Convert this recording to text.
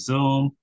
Zoom